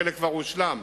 חלק כבר הושלם,